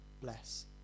bless